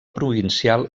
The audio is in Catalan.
provincial